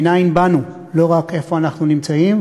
מנין באנו ולא רק איפה אנחנו נמצאים,